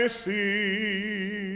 see